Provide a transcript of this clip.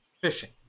fishing